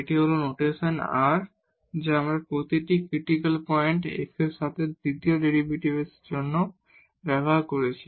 এটি হল notation r যা আমরা প্রতিটি ক্রিটিকাল পয়েন্টে x এর সাথে দ্বিতীয় ডেরিভেটিভের জন্য ব্যবহার করেছি